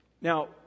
Now